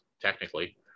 technically